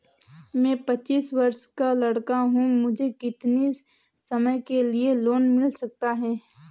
मैं पच्चीस वर्ष का लड़का हूँ मुझे कितनी समय के लिए लोन मिल सकता है?